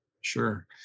Sure